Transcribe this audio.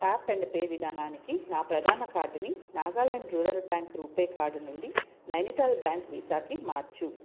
tap and pay విధానానికి నా ప్రధాన కార్డుని Nagaland rural bank RuPay card నుండి నైనిటాల్ బ్యాంక్ వీసాకి మార్చు